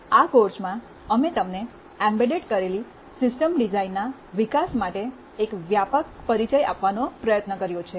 આ કોર્સમાં અમે તમને એમ્બેડ કરેલી સિસ્ટમ ડિઝાઇનના વિકાસ માટે એક વ્યાપક પરિચય આપવાનો પ્રયત્ન કર્યો છે